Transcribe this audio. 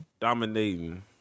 Dominating